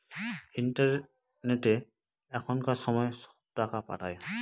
ইন্টারনেটে এখনকার সময় সব টাকা পাঠায়